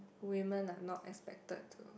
women are not expected to